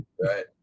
right